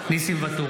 (קורא בשמות חברי הכנסת) ניסים ואטורי,